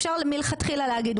אפשר מלכתחילה להגיד,